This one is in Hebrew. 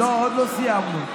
מה עם הביצים?